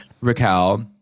Raquel